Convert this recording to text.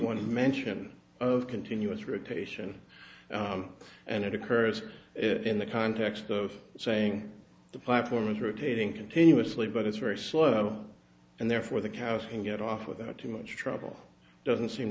one mention of continuous rate taishan and it occurs in the context of saying the platform is rotating continuously but it's very slow and therefore the cast can get off without too much trouble doesn't seem